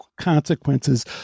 consequences